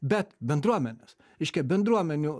bet bendruomenės reiškia bendruomenių